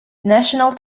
national